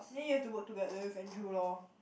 then you have to work together with Andrew lor